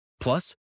Plus